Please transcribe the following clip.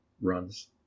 runs